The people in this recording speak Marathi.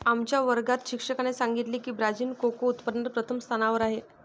आमच्या वर्गात शिक्षकाने सांगितले की ब्राझील कोको उत्पादनात प्रथम स्थानावर आहे